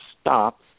stop